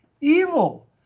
evil